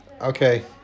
Okay